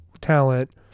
talent